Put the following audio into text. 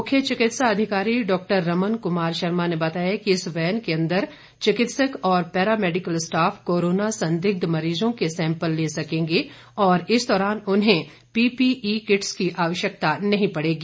मुख्य चिकित्सा अधिकारी डॉक्टर रमन कुमार शर्मा ने बताया कि इस वैन के अंदर चिकित्सक और पैरा मैडिकल स्टॉफ कोरोना संदिग्ध मरीजों के सैंपल ले सकेंगे और इस दौरान उन्हें पीपीई किट्स की आवश्यकता नहीं पड़ेगी